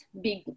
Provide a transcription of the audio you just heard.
big